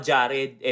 Jared